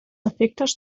efectes